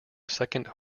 second